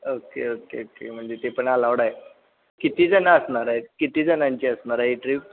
okay okay okay म्हणजे ते पण अलाऊड आहे किती जण असणार आहे किती जणांची असणार आहे ट्रीप